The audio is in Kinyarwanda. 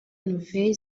nouvelle